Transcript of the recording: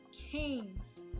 Kings